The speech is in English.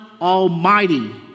almighty